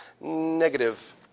Negative